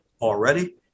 already